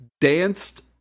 danced